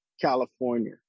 California